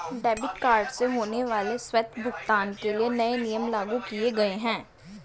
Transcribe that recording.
debit card से होने वाले स्वतः भुगतान के लिए नए नियम लागू किये गए है